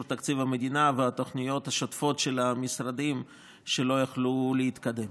תקציב המדינה והתוכניות השוטפות של משרדים שלא יכלו להתקדם.